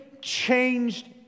changed